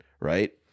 Right